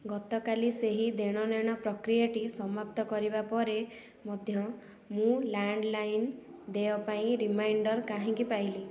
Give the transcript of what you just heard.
ଗତକାଲି ସେହି ଦେଣନେଣ ପ୍ରକ୍ରିୟାଟି ସମାପ୍ତ କରିବା ପରେ ମଧ୍ୟ ମୁଁ ଲ୍ୟାଣ୍ଡଲାଇନ୍ ଦେୟ ପାଇଁ ରିମାଇଣ୍ଡର୍ କାହିଁକି ପାଇଲି